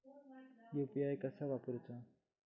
UPI कसा वापरूचा?